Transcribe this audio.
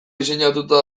diseinatuta